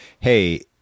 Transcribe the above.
hey